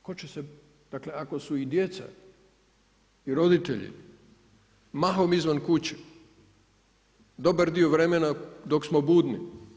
Tko će sve, dakle, ako su i djeca i roditelji mahom izvan kuće, dobar dio vremena dok smo budni.